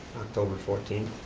october fourteenth.